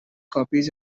copies